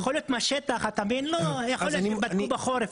אז יכול להיות שבדקו בחורף.